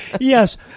yes